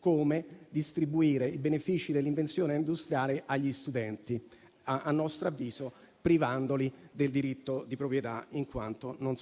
come distribuire i benefici dell'invenzione industriale agli studenti, a nostro avviso privandoli del diritto di proprietà, in quanto non